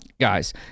Guys